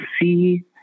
see